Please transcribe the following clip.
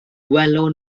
gwelwn